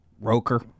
Roker